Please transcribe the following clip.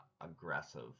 aggressive